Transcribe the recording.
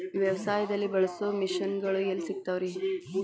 ವ್ಯವಸಾಯದಲ್ಲಿ ಬಳಸೋ ಮಿಷನ್ ಗಳು ಎಲ್ಲಿ ಸಿಗ್ತಾವ್ ರೇ?